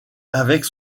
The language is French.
avec